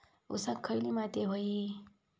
ऊसाक खयली माती व्हयी?